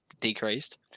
decreased